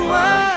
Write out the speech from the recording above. one